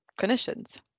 clinicians